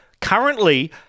currently